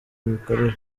imikorere